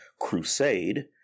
crusade